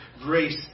grace